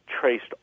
traced